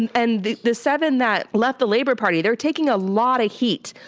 and and the the seven that left the labour party, they're taking a lot of heat,